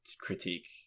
critique